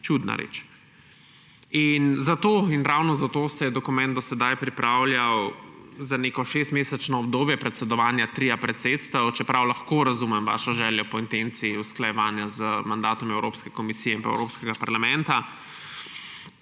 Čudna reč. Ravno zato se je dokument do sedaj pripravljal za neko šestmesečno obdobje predsedovanja tria predsedstev, čeprav lahko razumem vašo željo po intenci usklajevanja z mandatom Evropske komisije in Evropskega parlamenta.